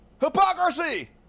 Hypocrisy